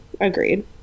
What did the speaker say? Agreed